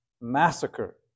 massacre